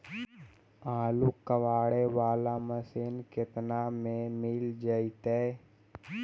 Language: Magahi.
आलू कबाड़े बाला मशीन केतना में मिल जइतै?